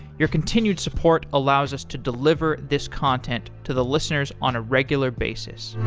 your continued support allows us to deliver this content to the listeners on a regular basis